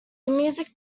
music